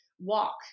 Walk